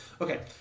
Okay